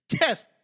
yes